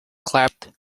clapped